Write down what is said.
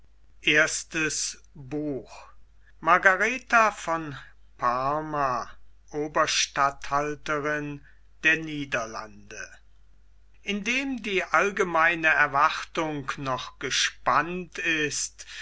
i margaretha von parma oberstatthalterin der niederlande indem die allgemeine erwartung noch gespannt ist